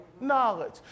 knowledge